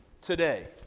today